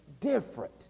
different